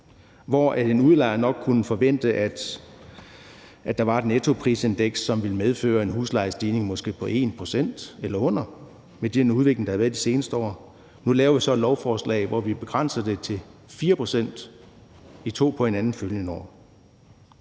En udlejer kunne nok forvente, at der var et nettoprisindeks, som ville medføre en huslejestigning på måske 1 pct. eller derunder med den udvikling, der har været i de seneste år. Nu laver vi så et lovforslag, hvor vi begrænser det til 4 pct. i 2 på hinanden følgende år.